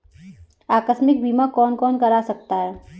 आकस्मिक बीमा कौन कौन करा सकता है?